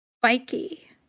spiky